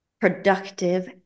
productive